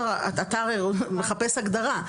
אתה הרי מחפש הגדרה,